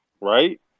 right